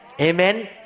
Amen